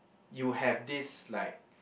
you have this like